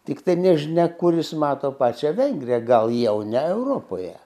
tiktai nežinia kur jis mato pačią vengriją gal jau ne europoje